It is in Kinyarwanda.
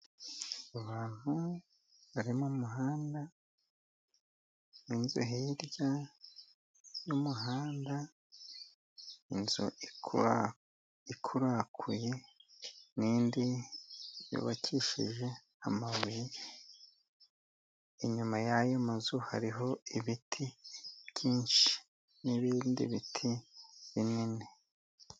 Abantu bari mu muhanda n'inzu hirya y'umuhanda, inzu ikurakuye n'indi yubakishije amabuye. Inyuma y'ayo mazu hariho ibiti byinshi n'ibindi biti binini.